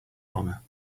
bomber